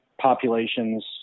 populations